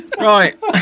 Right